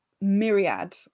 myriad